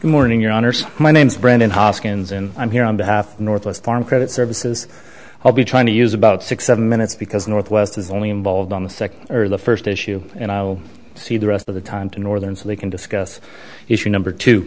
morning your honour's my name's brandon hoskins and i'm here on behalf of north us farm credit services i'll be trying to use about six seven minutes because northwest is only involved on the second or the first issue and i see the rest of the time to northern so they can discuss issue number two